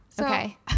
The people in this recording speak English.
Okay